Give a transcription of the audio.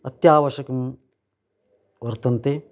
अत्यावश्यकं वर्तन्ते